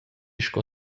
sco